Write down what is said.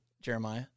Jeremiah